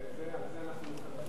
על זה אנחנו מסתמכים,